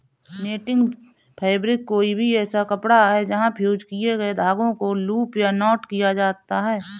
netting fabric कोई भी ऐसा कपड़ा है जहाँ फ़्यूज़ किए गए धागों को लूप या नॉट किया जाता है